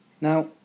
now